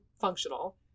functional